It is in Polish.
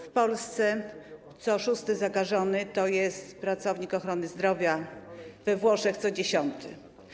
W Polsce co szósty zakażony jest pracownikiem ochrony zdrowia, we Włoszech co dziesiąty.